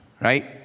right